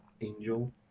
Angel